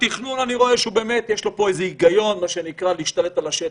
אני רואה שבאמת יש לתכנון פה איזה היגיון מה שנקרא להשתלט על השטח.